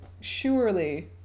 surely